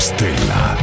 Stella